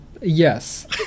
Yes